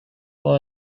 all